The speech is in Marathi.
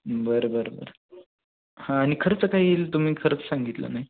बरं बरं बरं हां आणि खर्च काय येईल तुम्ही खर्च सांगितला नाही